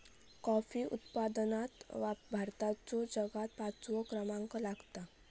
coffee उत्पादनात भारताचो जगात पाचवो क्रमांक लागता